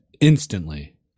instantly